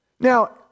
Now